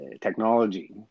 technology